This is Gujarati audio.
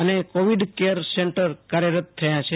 અને કોવિડ કેર સેન્ટર કાર્યરત થયા છે